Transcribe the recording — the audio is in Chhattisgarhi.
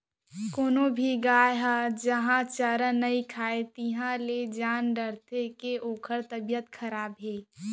कोनो भी गाय ह जहॉं चारा नइ खाए तिहॉं ले जान डारथें के ओकर तबियत खराब हे